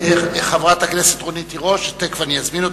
חברת הכנסת רונית תירוש, תיכף אני אזמין אותך.